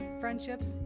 friendships